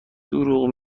دروغ